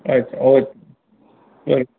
અચ્છા okay okay